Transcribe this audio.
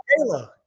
Kayla